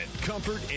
comfort